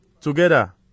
Together